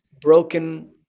broken